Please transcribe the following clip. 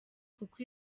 kuko